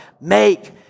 Make